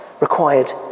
required